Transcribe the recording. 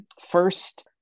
First